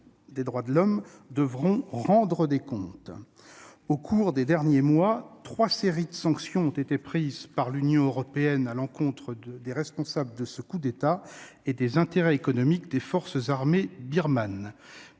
aux droits de l'homme devront rendre des comptes. Au cours des derniers mois, trois séries de sanctions ont été prises par l'Union européenne à l'encontre des responsables de ce coup d'État et des intérêts économiques des forces armées birmanes.